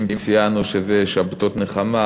אם ציינו שזה שבתות נחמה,